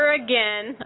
again